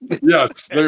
Yes